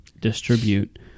distribute